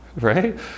Right